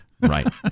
right